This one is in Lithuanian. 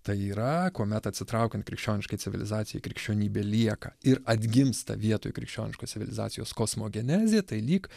tai yra kuomet atsitraukiant krikščioniškai civilizacijai krikščionybė lieka ir atgimsta vietoj krikščioniškos civilizacijos kosmogenezė tai lyg